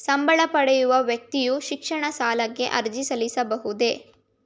ಸಂಬಳ ಪಡೆಯುವ ವ್ಯಕ್ತಿಯು ಶಿಕ್ಷಣ ಸಾಲಕ್ಕೆ ಅರ್ಜಿ ಸಲ್ಲಿಸಬಹುದೇ?